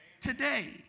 today